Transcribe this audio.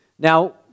Now